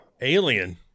alien